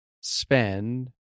spend